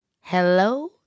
Hello